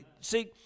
See